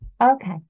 okay